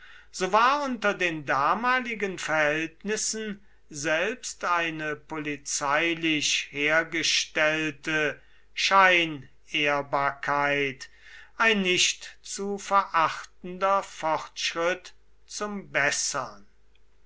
so war unter den damaligen verhältnissen selbst eine polizeilich hergestellte scheinehrbarkeit ein nicht zu verachtender fortschritt zum bessern